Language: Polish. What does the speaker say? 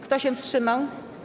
Kto się wstrzymał?